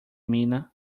mina